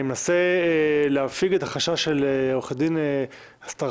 אני מנסה להפיג את החשש של עורכת הדין אסטרחן